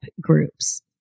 groups